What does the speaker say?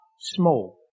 small